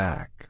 Back